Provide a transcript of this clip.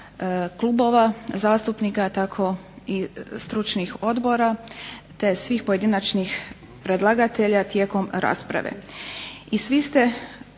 klubova zastupnika tako i stručnih odbora te svih pojedinačnih predlagatelja tijekom rasprave.